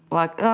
like, oh,